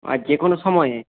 আর যে কোনো সময়ে